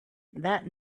that